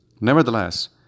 Nevertheless